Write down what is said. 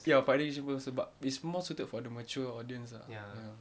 ya sebab but it's more suited for the mature audience ah